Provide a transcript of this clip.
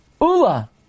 Ula